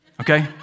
okay